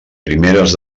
primeres